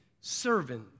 servant